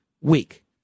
week